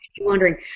wondering